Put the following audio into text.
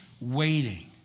waiting